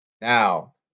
Now